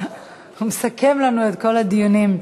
הוא מסכם לנו את כל הדיונים.